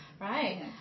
right